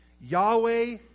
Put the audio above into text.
Yahweh